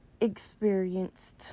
experienced